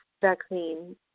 vaccine